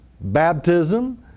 baptism